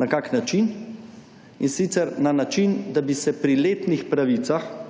Na kak način? In sicer, na način, da bi se pri letnih pravicah,